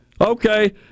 Okay